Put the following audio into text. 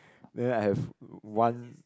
then I have one